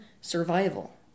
survival